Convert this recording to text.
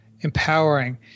empowering